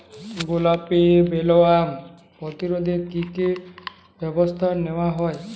গোলাপী বোলওয়ার্ম প্রতিরোধে কী কী ব্যবস্থা নেওয়া হয়?